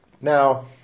Now